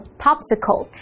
popsicle